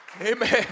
Amen